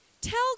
Tell